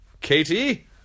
Katie